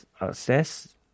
access